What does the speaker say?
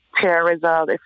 terrorism